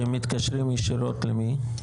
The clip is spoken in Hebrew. שמתקשרים ישירות למי?